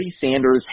Sanders